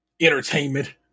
entertainment